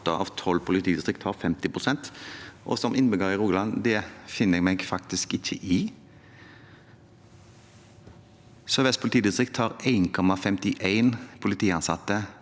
av tolv politidistrikt har 50 pst. Som innbygger i Rogaland: Det finner jeg meg faktisk ikke i. Sør-Vest politidistrikt har 1,51 politiansatte